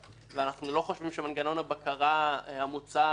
ואנחנו לא חושבים שמנגנון הבקרה המוצע על-ידי